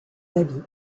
habits